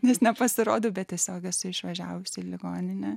nes nepasirodo bet tiesiog esu išvažiavusi į ligoninę